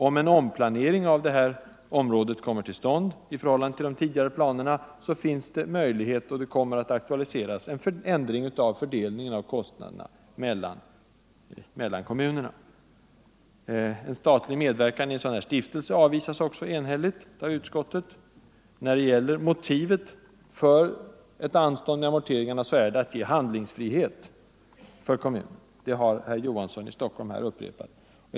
Om en omplanering av detta område i förhållande till de tidigare planerna kommer till stånd, kommer en ändring av fördelningen av kostnaderna mellan kommunerna att aktualiseras. Centerförslaget om statlig medverkan i en stiftelse avvisas också enhälligt av utskottet. Motivet för anstånd med amorteringarna är att ge handlingsfrihet för kommunen. Det har herr Olof Johansson i Stockholm upprepat.